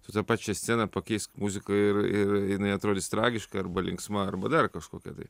su ta pačia scena pakeisk muziką ir ir jinai atrodys tragiška arba linksma arba dar kažkokia tai